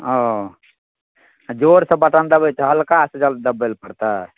हँ तऽ जोरसँ बटन दबेतै हलका से दब दबबै लऽ पड़तै